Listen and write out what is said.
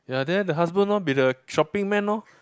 ya then the husband orh be the shopping man orh